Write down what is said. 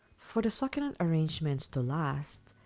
for the succulent arrangements the last,